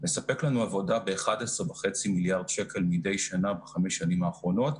מספק לנו עבודה ב-11.5 מיליארד שקל מדי שנה בחמש השנים האחרונות.